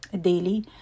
daily